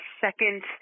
second